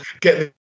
get